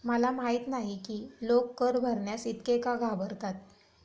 मला माहित नाही की लोक कर भरण्यास इतके का घाबरतात